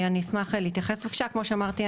כמו שאמרתי,